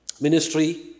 Ministry